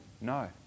No